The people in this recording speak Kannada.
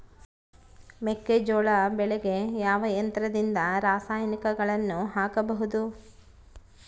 ಮೆಕ್ಕೆಜೋಳ ಬೆಳೆಗೆ ಯಾವ ಯಂತ್ರದಿಂದ ರಾಸಾಯನಿಕಗಳನ್ನು ಹಾಕಬಹುದು?